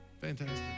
Fantastic